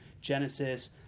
Genesis